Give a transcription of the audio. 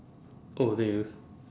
oh did you